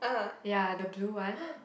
ya the blue one